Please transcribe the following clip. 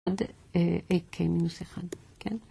עד ak מינוס אחד, כן?